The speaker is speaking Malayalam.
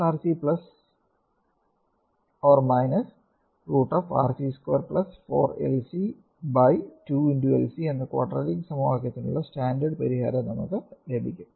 RC അല്ലെങ്കിൽ √2 4×LC 2xLC എന്ന ക്വാഡ്രാറ്റിക് സമവാക്യത്തിനുള്ള സ്റ്റാൻഡേർഡ് പരിഹാരം നമുക്ക് ലഭിക്കും